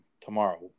tomorrow